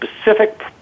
specific